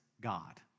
God